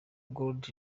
gold